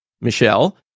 Michelle